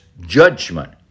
judgment